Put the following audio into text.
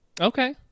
Okay